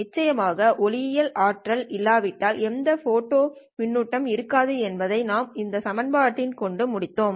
நிச்சயமாக ஒளியியல் ஆற்றல் இல்லாவிட்டால் எந்த ஃபோட்டா மின்னோட்டம் இருக்காது என்பதை நாம் ஒரு சமன்பாட்டைக் கொண்டு முடித்தோம்